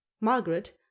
margaret